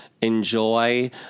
enjoy